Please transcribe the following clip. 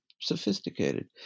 sophisticated